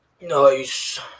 nice